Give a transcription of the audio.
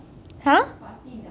!huh!